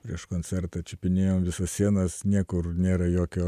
prieš koncertą čiupinėjom visas sienas niekur nėra jokio